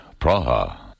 Praha